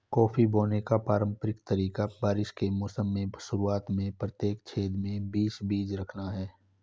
coffee बोने का पारंपरिक तरीका बारिश के मौसम की शुरुआत में प्रत्येक छेद में बीस बीज रखना है